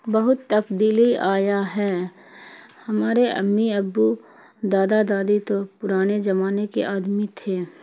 بہت تبدیلی آیا ہے ہمارے امی ابو دادا دادی تو پرانے زمانے کے آدمی تھے